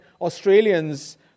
Australians